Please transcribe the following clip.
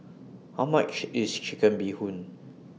How much IS Chicken Bee Hoon